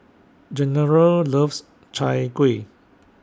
General loves Chai Kueh